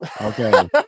Okay